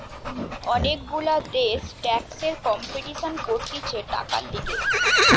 অনেক গুলা দেশ ট্যাক্সের কম্পিটিশান করতিছে টাকার লিগে